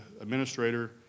administrator